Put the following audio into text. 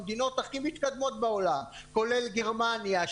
המדינות הכי מתקדמות בעולם כולל גרמניה,